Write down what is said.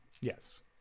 Yes